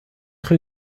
rue